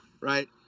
right